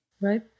Right